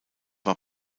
war